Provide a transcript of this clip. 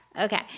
Okay